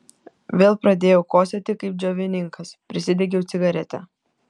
vėl pradėjau kosėti kaip džiovininkas prisidegiau cigaretę